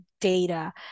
data